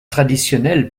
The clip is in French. traditionnelle